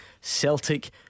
Celtic